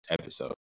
episode